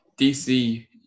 DC